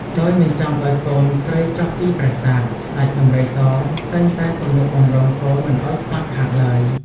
ដោយមិនចង់ឱ្យកូនស្រីចុះពីប្រាសាទ ស្តេចដំរីសតែងតែទំនុកបម្រុងកូនមិនឱ្យខ្វះខាតឡើយ។